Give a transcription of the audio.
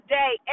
day